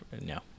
No